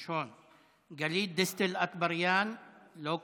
מיש הון, גלית דיסטל אטבריאן, לא כאן,